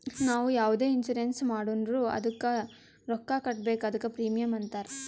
ನಾವು ಯಾವುದೆ ಇನ್ಸೂರೆನ್ಸ್ ಮಾಡುರ್ನು ಅದ್ದುಕ ರೊಕ್ಕಾ ಕಟ್ಬೇಕ್ ಅದ್ದುಕ ಪ್ರೀಮಿಯಂ ಅಂತಾರ್